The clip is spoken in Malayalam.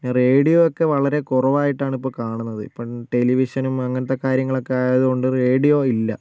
റേഡിയോയൊക്കെ വളരെ കുറവായിട്ടാണ് ഇപ്പോൾ കാണുന്നത് ഇപ്പം ടെലിവിഷനും അങ്ങനത്തെ കാര്യങ്ങളൊക്കെ ആയത് കൊണ്ട് റേഡിയോ ഇല്ല